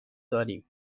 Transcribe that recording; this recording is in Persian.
داریم